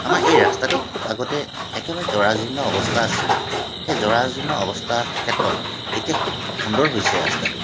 আমাৰ এই ৰাস্তাটো খুব আগতে একেবাৰে জৰাজীৰ্ণ অৱস্থা আছিল সেই জৰাজীৰ্ণ অৱস্থা ক্ষেত্ৰত এতিয়া খুব সুন্দৰ হৈছে ৰাস্তাটো